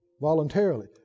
voluntarily